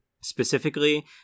specifically